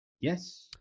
Yes